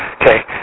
Okay